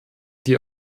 die